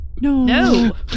No